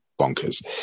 bonkers